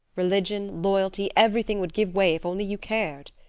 religion, loyalty, everything would give way if only you cared.